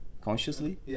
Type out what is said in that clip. consciously